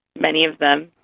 many of them.